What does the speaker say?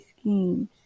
schemes